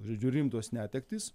žodžiu rimtos netektys